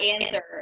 answer